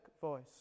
voice